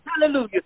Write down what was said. hallelujah